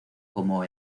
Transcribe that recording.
como